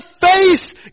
face